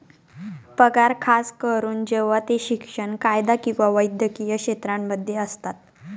पगार खास करून जेव्हा ते शिक्षण, कायदा किंवा वैद्यकीय क्षेत्रांमध्ये असतात